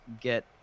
get